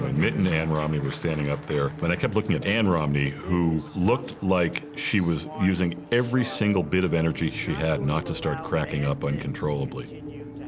but mitt and ann romney were standing up there. and i kept looking at ann romney, who looked like she was using every single bit of energy she had not to start cracking up uncontrollably.